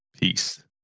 Peace